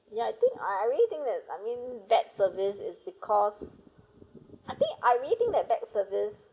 ya I think I I really think that I mean bad service is because I think I really think that bad service